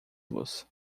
los